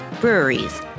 breweries